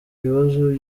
ibibazo